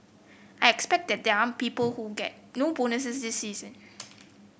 I expect that there are people who get no bonus this season